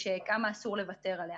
ושכמה אסור לוותר עלייה.